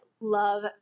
love